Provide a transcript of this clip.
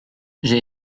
j’ai